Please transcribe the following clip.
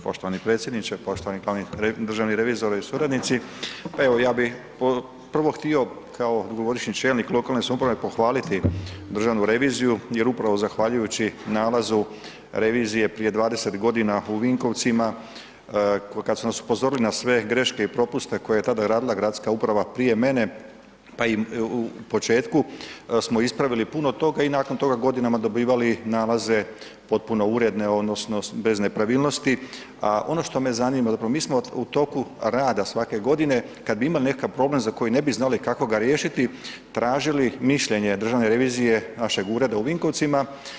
Poštovani predsjedniče, poštovani glavni državni revizore i suradnici, pa evo ja bi prvo htio kao dugogodišnji čelnik lokalne samouprave pohvaliti državnu reviziju jer upravo zahvaljujući nalazu revizije prije 20 godina u Vinkovcima kad su nas upozorili na sve greške i propuste koje je tada radila gradska uprava prije mene, pa i u početku, smo ispravili puno toga i nakon toga godinama dobivali nalaze potpuno uredne odnosno bez nepravilnosti, a ono što me zanima zapravo mi smo u toku rada svake godine kad bi imali nekakav problem za koji ne bi znali kako ga riješiti, tražili mišljenje državne revizije, našeg ureda u Vinkovcima.